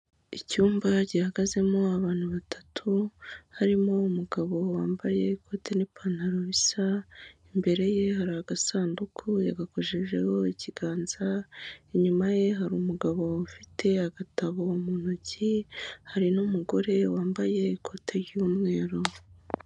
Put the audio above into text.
Icyumba gihagazemo abantu batatu harimo umugabo wambaye ikote n'ipantaro bisa, imbere ye hari agasanduku yagakojejeho ikiganza, inyuma ye hari umugabo ufite agatabo mu ntoki, hari n'umugore wambaye ikoti ry'umweru.